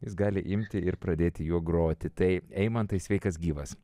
jis gali imti ir pradėti juo groti taip eimantai sveikas gyvas